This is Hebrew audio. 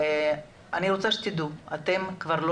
אני רוצה שתדעו, אתם כבר לא